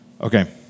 Okay